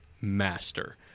master